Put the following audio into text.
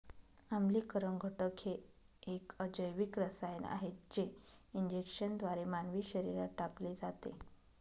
आम्लीकरण घटक हे एक अजैविक रसायन आहे जे इंजेक्शनद्वारे मानवी शरीरात टाकले जाते